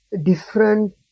different